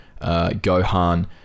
Gohan